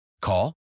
Call